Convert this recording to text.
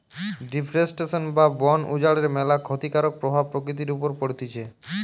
deforestation বা বন উজাড়ের ম্যালা ক্ষতিকারক প্রভাব প্রকৃতির উপর পড়তিছে